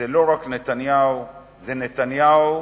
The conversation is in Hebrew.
זה נתניהו